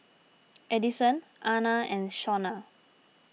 Edison Ana and Shonna